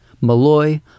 Malloy